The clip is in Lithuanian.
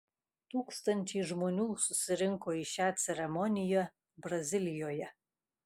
tūkstančiai žmonių susirinko į šią ceremoniją brazilijoje